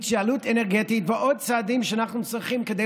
התייעלות אנרגטית ועוד צעדים שאנחנו צריכים כדי